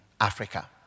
Africa